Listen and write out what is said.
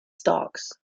stalks